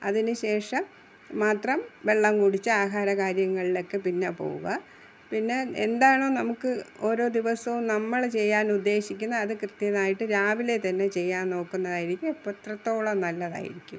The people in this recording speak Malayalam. അതിനു ശേഷം മാത്രം വെള്ളം കുടിച്ച് ആഹാര കാര്യങ്ങളിലേക്കു പിന്നെ പോകുക പിന്നെ എന്താണ് നമുക്ക് ഓരോ ദിവസവും നമ്മൾ ചെയ്യാനുദ്ദേശിക്കുന്ന അതു കൃത്യമായിട്ട് രാവിലെ തന്നെ ചെയ്യാൻ നോക്കുന്നതായിരിക്കും അപ്പം അത്രത്തോളം നല്ലതായിരിക്കും